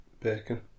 bacon